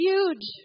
Huge